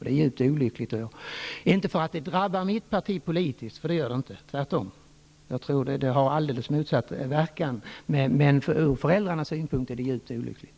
Det är djupt olyckligt, inte därför att det drabbar mitt parti politiskt -- det gör det inte, tvärtom har det motsatt verkan -- utan därför att det ur föräldrarnas synpunkt är djupt olyckligt.